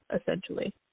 essentially